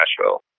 Nashville